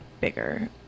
bigger